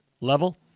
level